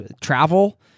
Travel